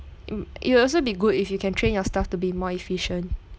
mm it will also be good if you can train your staff to be more efficient